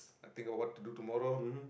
I think about what to do tomorrow